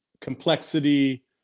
complexity